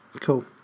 Cool